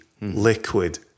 Liquid